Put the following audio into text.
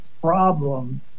problem